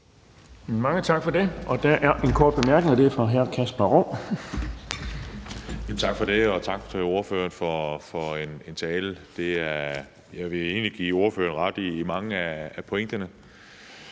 Mange tak for det. Der er en kort bemærkning, og den er fra hr. Kasper Roug. Kl. 18:19 Kasper Roug (S): Tak for det. Og tak til ordføreren for talen. Jeg vil egentlig give ordføreren ret i mange af pointerne,